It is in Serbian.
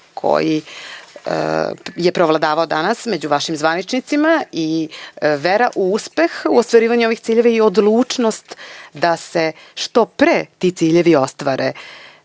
koji je preovladavao danas među vašim zvaničnicima i vera u uspeh u ostvarivanju ovih ciljeva, odlučnost da se što pre ti ciljevi ostvare